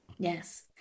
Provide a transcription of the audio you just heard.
Yes